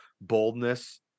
boldness